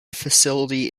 facility